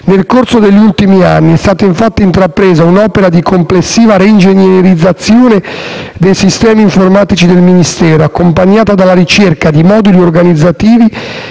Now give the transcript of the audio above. Nel corso degli ultimi anni, è stata infatti intrapresa un'opera di complessiva reingegnerizzazione dei sistemi informatici del Ministero, accompagnata dalla ricerca di moduli organizzativi